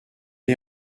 est